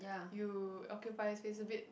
you occupy space a bit